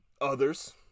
others